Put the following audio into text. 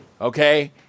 okay